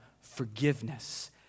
forgiveness